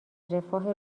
رفاه